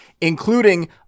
Including